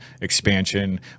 expansion